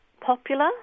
popular